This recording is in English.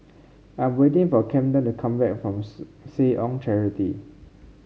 I'm waiting for Camden to come back from Seh Ong Charity